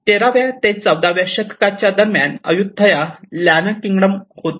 तेराव्या ते चौदाव्या शतकात दरम्यान अय्युथय़ा लॅना किंगडम होते